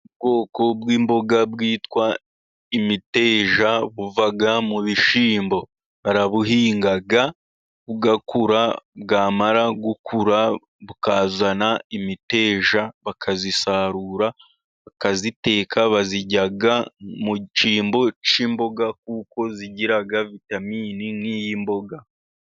Ubwoko bw'imboga bwitwa imiteja, buva mu bishyimbo. Barabuhinga bugakura, bwamara gukura, bukazana imiteja, bakayisarura, bakayiteka, bayirya mu cyimbo cy'imboga, kuko igira vitamini nk'iy'imboga.